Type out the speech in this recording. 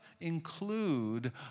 include